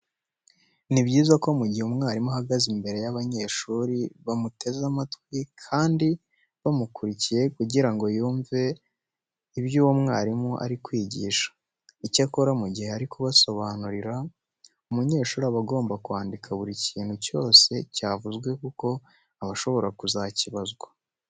Ni byiza ko mu gihe umwarimu ahagaze imbere y'abanyeshuri baba bamuteze amatwi kandi bamukurikiye kugira ngo yumve ibyo uwo mwarimu ari kwigisha. Icyakora mu gihe ari kubasobanurira, umunyeshuri aba agomba kwandika buri kintu cyose cyavuzwe kuko aba ashobora kuzakibazwa.